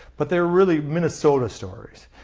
but they are really minnesota stories.